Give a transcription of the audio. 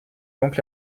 donc